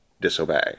disobey